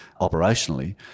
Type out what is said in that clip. operationally